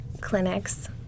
clinics